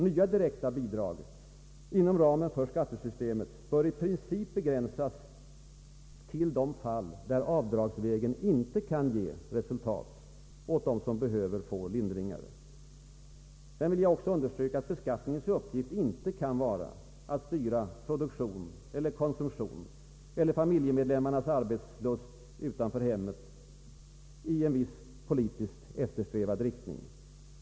Nya direkta bidrag inom ramen för skattesystemet bör i princip begränsas till de fall, där avdragsvägen inte kan ge resultat för dem som behöver få skattelindringar. Beskattningens uppgift är inte heller att styra produktion eller konsumtion i viss politiskt eftersträvad riktning.